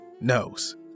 knows